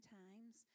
times